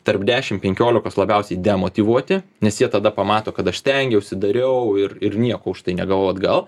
tarp dešim penkiolikos labiausiai demotyvuoti nes jie tada pamato kad aš stengiausi dariau ir ir nieko už tai negavau atgal